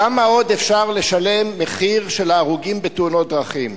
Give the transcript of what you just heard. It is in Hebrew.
כמה עוד אפשר לשלם את המחיר של ההרוגים בתאונות דרכים?